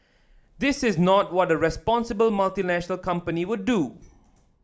this is not what a responsible multinational company would do